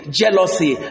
jealousy